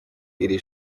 iri